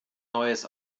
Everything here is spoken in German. neues